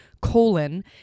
colon